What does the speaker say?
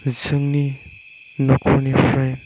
जोंनि न'खरनिफ्राय